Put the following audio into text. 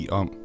om